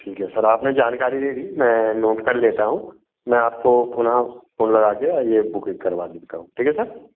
ठीक है सर आपने जानकारी दे दी मैं नोट कर लेता हूँ मैं आपको पुनः फ़ोन लगा कर और यह बुकिंग करवा लेता हूँ ठीक है सर